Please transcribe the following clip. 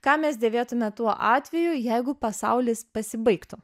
ką mes dėvėtume tuo atveju jeigu pasaulis pasibaigtų